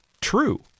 true